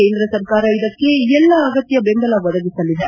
ಕೇಂದ್ರ ಸರ್ಕಾರ ಇದಕ್ಕೆ ಎಲ್ಲಾ ಅಗತ್ಯ ಬೆಂಬಲ ಒದಗಿಸಲಿದೆ